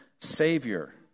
Savior